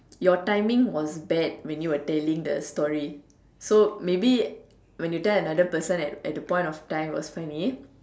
your timing was bad when you were telling the story so maybe when you tell another person at that point of time it was funny